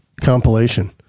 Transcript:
compilation